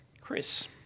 Chris